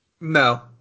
No